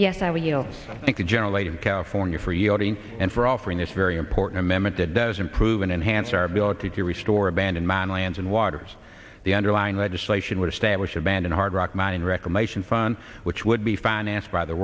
would think the general aid in california for yachting and for offering this very important amendment that does improve and enhance our ability to restore abandoned man lands and waters the underlying legislation would establish a band in hard rock mine reclamation fund which would be financed by the